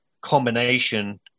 combination –